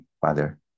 Father